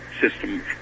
system